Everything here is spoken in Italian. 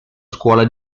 scuola